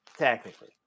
Technically